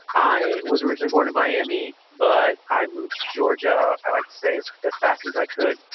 i was originally born in miami, but i moved to georgia. i like to say it's as fast as i could.